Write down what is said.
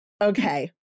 Okay